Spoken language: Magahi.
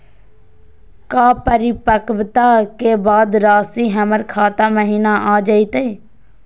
का परिपक्वता के बाद रासी हमर खाता महिना आ जइतई?